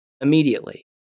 Immediately